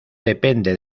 depende